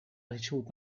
ricevuto